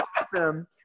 awesome